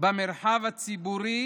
במרחב הציבורי